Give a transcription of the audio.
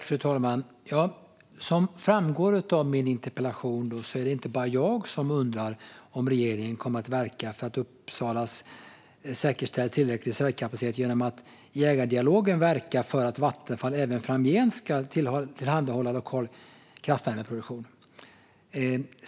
Fru talman! Som framgår av min interpellation är det inte bara jag som undrar om regeringen kommer att verka för att Uppsala säkerställs tillräcklig reservkapacitet genom att i ägardialogen verka för att Vattenfall även framgent ska tillhandahålla lokal kraftvärmeproduktion.